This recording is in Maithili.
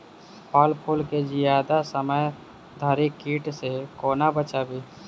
फल फुल केँ जियादा समय धरि कीट सऽ कोना बचाबी?